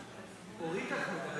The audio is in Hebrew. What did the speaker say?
אורית, את מדברת?